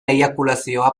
eiakulazioa